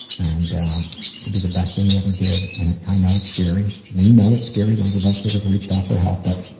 and um, it could be the best thing you ever did and i know it's scary, we know it's scary, those of us that have reached out for help, but,